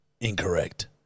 Incorrect